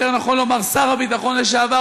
יותר נכון לומר שר הביטחון לשעבר,